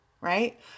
Right